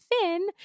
Finn